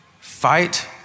fight